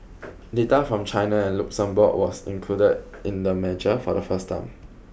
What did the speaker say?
data from China and Luxembourg was included in the measure for the first time